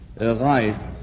arise